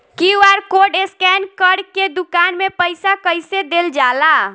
QR code scan करके दुकान में पईसा कइसे देल जाला?